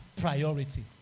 Priority